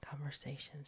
conversations